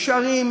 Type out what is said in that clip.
גשרים,